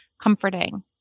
comforting